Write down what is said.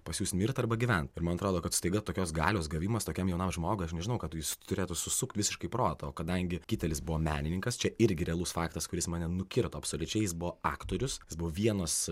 pas jūs mirt arba gyvent ir man atrodo kad staiga tokios galios gavimas tokiam jaunam žmogui aš nežinau kad jis turėtų susukt visiškai protą o kadangi kitelis buvo menininkas čia irgi realus faktas kuris mane nukirto absoliučiai jis buvo aktorius jis buvo vienos